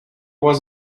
was